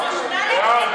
התשע"ו 2015,